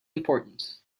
important